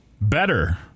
Better